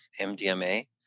MDMA